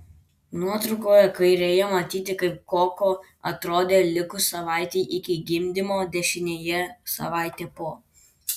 nuotraukoje kairėje matyti kaip koko atrodė likus savaitei iki gimdymo dešinėje savaitė po